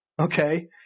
okay